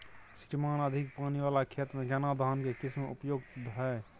श्रीमान अधिक पानी वाला खेत में केना धान के किस्म उपयुक्त छैय?